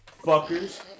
fuckers